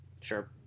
Sure